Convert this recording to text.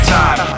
time